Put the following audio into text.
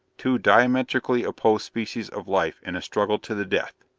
two diametrically opposed species of life in a struggle to the death!